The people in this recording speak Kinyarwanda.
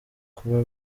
kuba